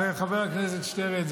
חבר הכנסת שטרן,